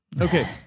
Okay